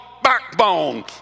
backbone